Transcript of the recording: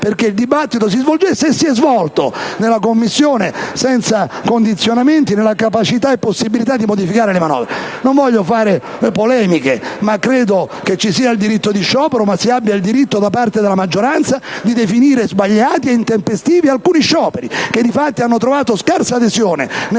perché il dibattito si svolgesse - come di fatto si è svolto - in Commissione senza condizionamenti e nella capacità e possibilità di modificare la manovra. Non voglio fare polemiche: c'è il diritto di sciopero, ma c'è anche il diritto della maggioranza di definire sbagliati e intempestivi alcuni scioperi che - difatti - hanno trovato scarsa adesione nella